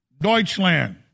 Deutschland